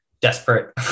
desperate